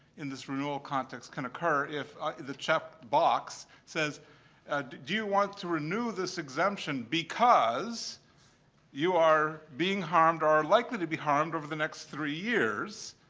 in this renewal context, can occur if the checked box says do you want to renew this exemption because you are being harmed or likely to be harmed over the next three years.